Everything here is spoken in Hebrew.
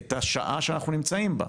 את השעה שאנחנו נמצאים בה.